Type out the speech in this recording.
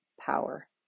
power